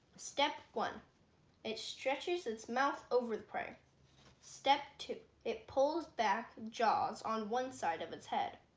step one it stretches its mouth over the prey step two it pulls back jaws on one side of its head